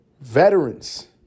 Veterans